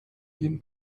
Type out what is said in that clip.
gehen